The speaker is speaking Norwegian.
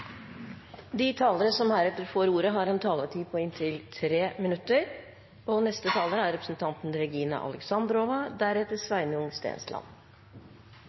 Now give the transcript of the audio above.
De talere som heretter får ordet, har en taletid på inntil 3 minutter.